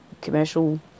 commercial